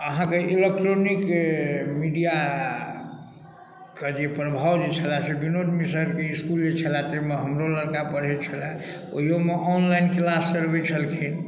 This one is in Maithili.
अहाँके एलेक्ट्रोनिक मीडिया के जे प्रभाव जे छलै से बिनोद मिसरके इसकुल जे छलै तै मे हमरो लड़का पढ़ै छलै ओहियोमे ऑनलाइन क्लास चलबै छलखिन